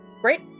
Great